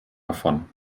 davon